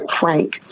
frank